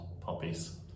puppies